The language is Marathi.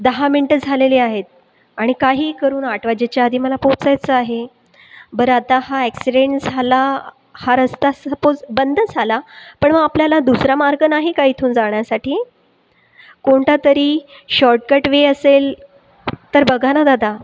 दहा मिनटं झालेले आहेत आणि काहीही करून आठ वाजेच्या आधी मला पोहचायचं आहे बरं आता हा ऍक्सीडेन्ट झाला हा रस्ता स सपोज बंद झाला पण मग आपल्याला दुसरा मार्ग नाही का इथून जाण्यासाठी कोणता तरी शॉर्टकट वे असेल तर बघा ना दादा